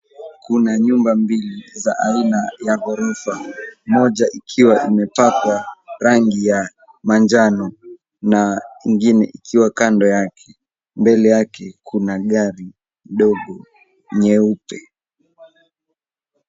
Kuna nyumba mbili za aina ya ghorofa. Moja ikiwa imepakwa rangi ya manjano na ingine ikiwa kando yake. Mbele yake kuna gari dogo nyeupe.